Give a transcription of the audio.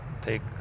take